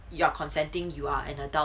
you are consenting you are an adult